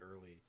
early